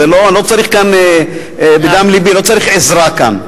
אני לא צריך עזרה כאן.